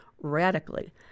radically